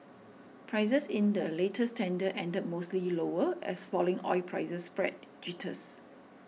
prices in the latest tender ended mostly lower as falling oil prices spread jitters